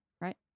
right